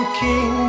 king